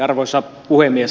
arvoisa puhemies